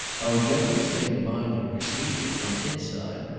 our general state of mind had proceeded, on its side,